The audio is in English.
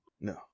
No